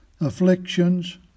afflictions